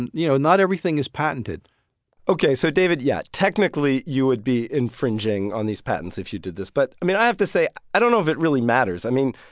and you know, not everything is patented ok. so david, yeah, technically you would be infringing on these patents if you did this. but, i mean, i have to say i don't know if it really matters. i mean,